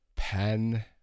Pen